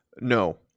No